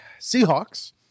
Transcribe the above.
Seahawks